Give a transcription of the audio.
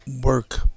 work